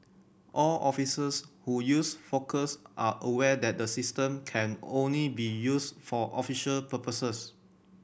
all officers who use Focus are aware that the system can only be used for official purposes